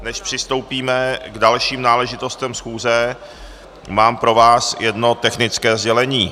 Než přistoupíme k dalším náležitostem schůze, mám pro vás jedno technické sdělení.